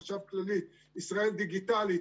החשב הכללי, ישראלי דיגיטלית